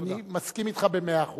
אני מסכים אתך במאה אחוז,